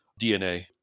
DNA